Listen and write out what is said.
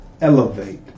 Elevate